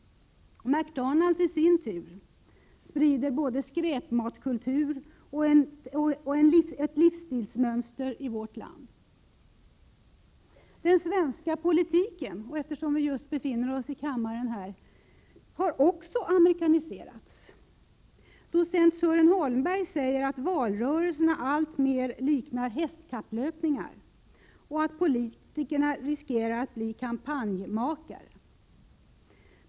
McDonald's i sin tur sprider både skräpmatkultur och ett livsstilsmönster i vårt land. Den svenska politiken har också amerikaniserats — eftersom vi befinner oss i riksdagen, kan det vara värt att framhålla det. Docent Sören Holmberg säger att valrörelserna alltmer liknar hästkapplöpningar och att politikerna riskerar att bli kampanjmakare.